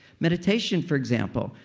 meditation for example.